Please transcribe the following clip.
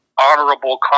honorable